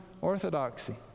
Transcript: orthodoxy